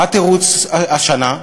מה התירוץ השנה?